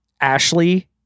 Ashley